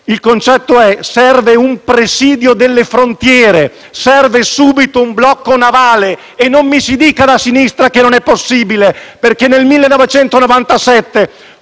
Il concetto è che serve un presidio delle frontiere, serve subito un blocco navale. E non mi si dica da sinistra che non è possibile, perché nel 1997